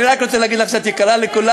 אני רק רוצה להגיד לך שאת יקרה לכולנו,